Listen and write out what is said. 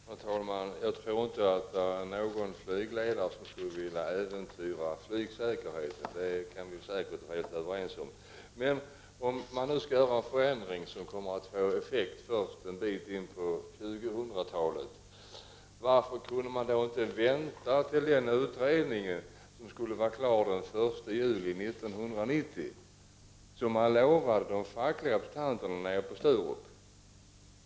Herr talman! Jag tror inte att det finns någon flygledare som skulle vilja äventyra flygsäkerheten. Det kan vi säkert vara helt överens om. Om det nu skall ske en förändring som kommer att få effekt först en bit in på 2000-talet, varför kunde man då inte vänta på den utredning som skall vara klar den 1 juli 1990, som man lovade de fackliga representanterna på Sturup?